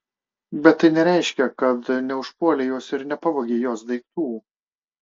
bet tai nereiškia kad neužpuolei jos ir nepavogei jos daiktų